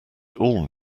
all